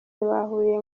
bahuriye